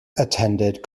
attended